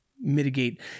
mitigate